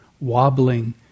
Wobbling